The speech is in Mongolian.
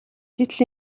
гэтэл